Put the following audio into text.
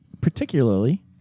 particularly